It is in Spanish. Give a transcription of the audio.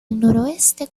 noroeste